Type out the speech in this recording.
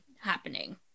happening